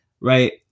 right